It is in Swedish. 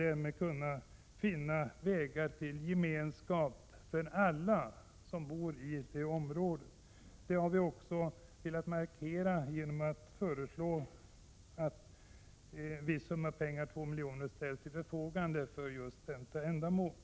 Därmed kan man finna vägar till gemenskap för alla boende i ett område. Denna vår ståndpunkt har vi velat markera genom att föreslå att 2 milj.kr. ställs till förfogande för just detta ändamål.